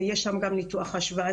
יש שם גם ניתוח השוואתי,